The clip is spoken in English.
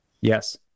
yes